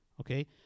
okay